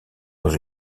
dans